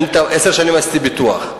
עשר שנים עשיתי ביטוח,